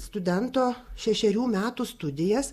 studento šešerių metų studijas